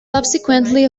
subsequently